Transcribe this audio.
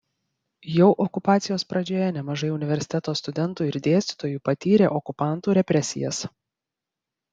jau okupacijos pradžioje nemažai universiteto studentų ir dėstytojų patyrė okupantų represijas